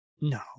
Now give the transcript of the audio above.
no